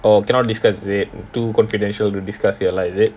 oh cannot discuss is it too confidential to discuss ya lah is it